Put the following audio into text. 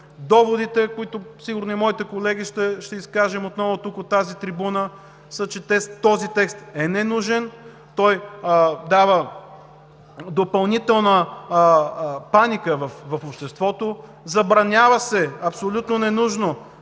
Доводите, които сигурно и с моите колеги ще изкажем отново тук, от тази трибуна, са, че този текст е ненужен, той дава допълнителна паника в обществото, забранява се абсолютно ненужно,